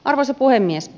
arvoisa puhemies